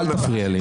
אל תפריע לי.